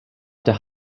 der